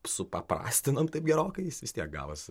supaprastinom taip gerokai jis vis tiek gavosi